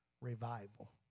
revival